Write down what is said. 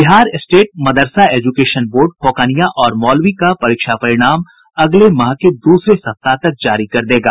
Bihar state मदरसा education board फौकानिया और मौलवी का परीक्षा परिणाम अगले माह के दूसरे हफ्ते तक जारी कर देगा